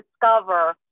discover